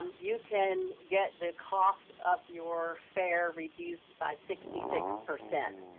um you can get the cost of your fare reduced by sixty six percent,